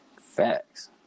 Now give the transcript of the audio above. Facts